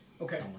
Okay